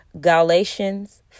Galatians